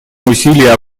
усилия